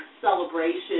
celebration